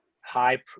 high